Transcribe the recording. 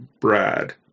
Brad